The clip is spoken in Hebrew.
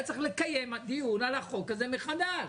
היה צריך לקיים דיון על החוק הזה מחדש.